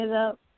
up